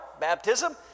baptism